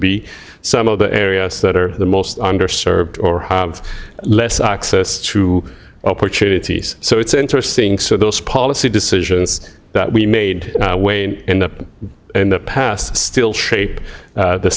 be some of the areas that are the most underserved or less access to opportunities so it's interesting so those policy decisions that we made wayne end up in the past still shape the